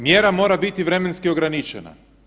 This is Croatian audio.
Mjera mora biti vremenski ograničena.